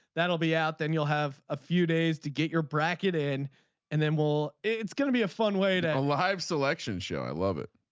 that'll be out then you'll have a few days to get your bracket in and then we'll. it's gonna be a fun way to and have selection show. i love it.